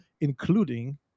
including